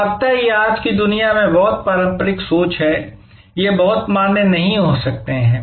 गुणवत्ता ये आज की दुनिया में बहुत पारंपरिक सोच हैं वे बहुत मान्य नहीं हो सकते हैं